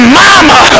mama